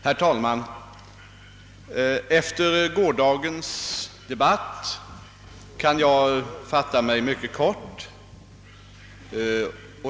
Herr talman! Efter gårdagens debatt kan jag fatta mig mycket kort.